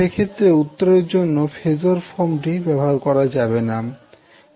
সেক্ষেত্রে উত্তরের জন্য ফেজর ফর্মটি ব্যবহার করা যাবে না